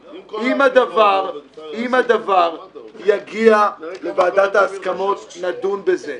אם הדבר יגיע לוועדת ההסכמות נדון בזה.